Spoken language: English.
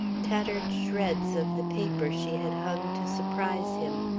tattered shreds of the paper she had hung to surprise him,